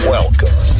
Welcome